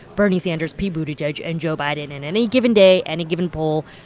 bernie sanders, pete buttigieg and joe biden. in any given day, any given poll,